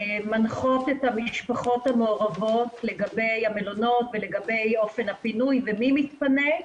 שמנחות את המשפחות המעורבות לגבי המלונות ולגבי אופן הפינוי ומי מתפנה,